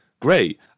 Great